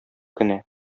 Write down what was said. кенә